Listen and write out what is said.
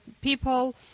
people